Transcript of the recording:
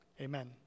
Amen